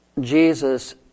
Jesus